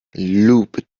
loop